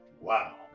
Wow